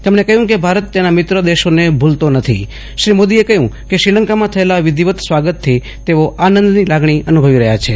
તેમણે કહ્યું કે ભારત તેના મિત્ર દેશોને ભૂલતો નથી શ્રી મોદી એ કહ્યું કે શ્રીલંકામાં થયેલા વિધિવત સ્વાગત થી તેઓ આનંદની લાગણી અનુભવી રહ્યા છે